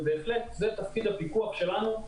זה בהחלט תפקידו של הפיקוח שלנו.